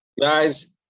Guys